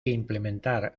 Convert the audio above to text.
implementar